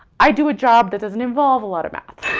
i do a job that doesn't involve a lot of math.